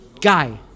guy